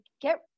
get